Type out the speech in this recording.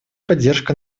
поддержка